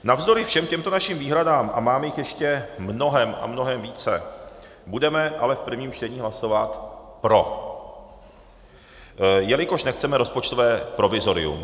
Navzdory všem těmto našim výhradám, a mám jich ještě mnohem a mnohem více, budeme ale v prvním čtení hlasovat pro, jelikož nechceme rozpočtové provizorium.